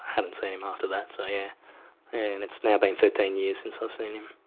haven't seen him after that. so yeah and it's now been thirteen years since i've seen him.